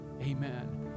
amen